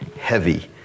heavy